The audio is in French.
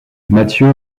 mathieu